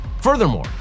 Furthermore